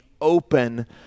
open